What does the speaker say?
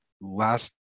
last